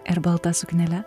ir balta suknele